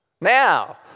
now